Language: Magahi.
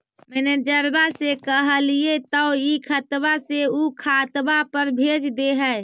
मैनेजरवा के कहलिऐ तौ ई खतवा से ऊ खातवा पर भेज देहै?